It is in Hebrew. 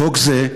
בחוק זה,